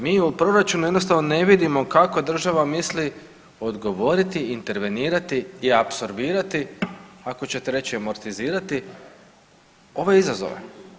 Mi u proračunu jednostavno ne vidimo kako država misli odgovoriti i intervenirati i apsorbirati ako ćete reći amortizirati ove izazove.